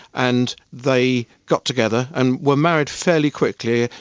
and they got together and were married fairly quickly,